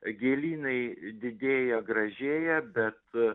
gėlynai didėja gražėja bet